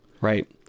right